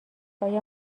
آیا